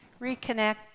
reconnect